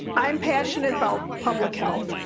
i'm passionate about public health.